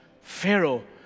Pharaoh